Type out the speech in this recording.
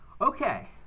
Okay